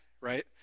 right